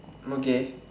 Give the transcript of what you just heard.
okay